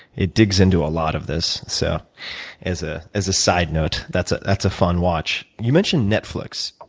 it digs into a lot of this. so as ah as a side note, that's ah that's a fun watch. you mentioned netflix.